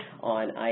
on